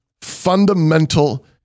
fundamental